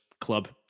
club